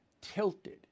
tilted